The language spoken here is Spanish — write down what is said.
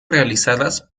realizadas